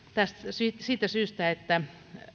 siitä siitä syystä että